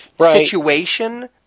situation